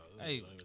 Hey